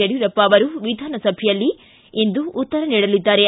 ಯಡಿಯೂರಪ್ಪ ಅವರು ವಿಧಾನಸಭೆಯಲ್ಲಿ ಇಂದು ಉತ್ತರ ನೀಡಲಿದ್ದಾರೆ